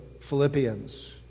Philippians